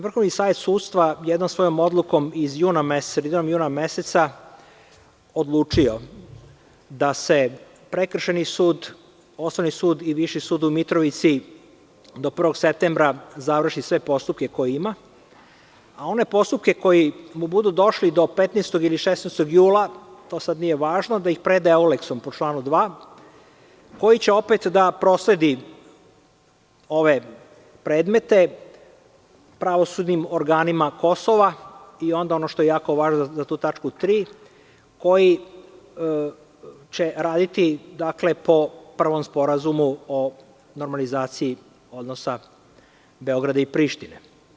Vrhovni savet sudstva jednom svojom odlukom iz juna meseca odlučio da se Prekršajni sud, Osnovni sud, i Viši sud u Mitrovicido 1. septembra završi sve postupke koje ima, a one postupke koji mu budu došli do 15. ili 16. jula, to sad nije važno, da ih preda Euleks-u, po članu 2, koji će opet da prosledi ove predmete pravosudnim organima Kosova, i onda ovo što je jako važno za tu tačku 3, koji će raditi po prvom Sporazumu o normalizaciji odnosa Beograda i Prištine.